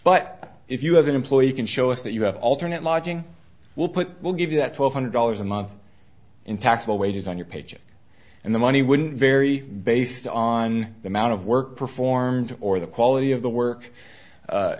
but if you have an employee you can show us that you have alternate lodging we'll put we'll give you that twelve hundred dollars a month in taxable wages on your paycheck and the money wouldn't vary based on the amount of work performed or the quality of the work